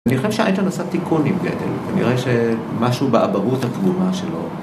אני חושב שהאיתן עשה תיקון עם גייטל, נראה שמשהו באבהות הפגומה שלו